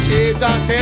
Jesus